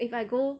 if I go